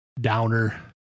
downer